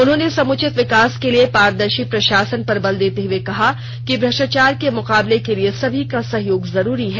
उन्होंने समुचित विकास के लिए पारदर्शी प्रशासन पर बल देते हए कहा कि भ्रष्टाचार से मुकाबले के लिए सभी का सहयोग जरूरी है